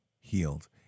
healed